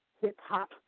hip-hop